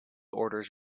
orders